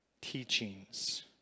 teachings